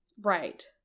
Right